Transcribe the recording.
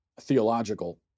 theological